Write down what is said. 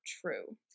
true